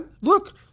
Look